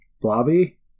Blobby